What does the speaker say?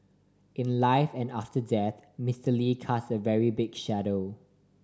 in life and after death Mister Lee casts a very big shadow